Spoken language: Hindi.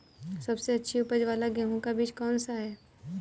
सबसे अच्छी उपज वाला गेहूँ का बीज कौन सा है?